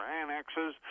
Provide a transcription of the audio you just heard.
annexes